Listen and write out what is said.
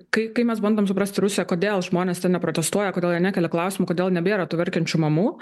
kai kai mes bandom suprasti rusiją kodėl žmonės ten neprotestuoja kodėl jie nekelia klausimo kodėl nebėra tų verkiančių mamų